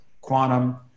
quantum